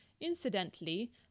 Incidentally